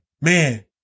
man